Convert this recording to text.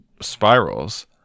spirals